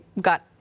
got